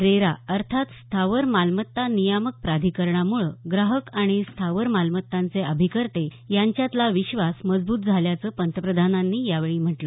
RERA अर्थात स्थावर मालमत्ता नियामक प्राधिकरणामुळं ग्राहक आणि स्थावर मालमत्तांचे अभिकर्ते यांच्यातला विश्वास मजबूत झाल्याचं पंतप्रधानांनी यावेळी म्हटलं